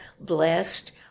blessed